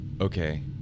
Okay